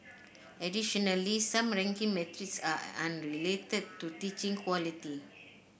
additionally some ranking metrics are unrelated to teaching quality